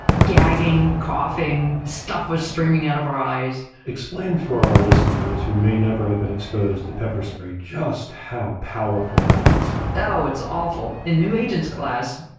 gagging coughing stuff was streaming out of our eyes. explain for our listeners who may never had been exposed to pepper spray just how powerful that is. oh, it's awful. in new agents class,